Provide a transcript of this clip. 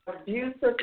abusive